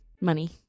money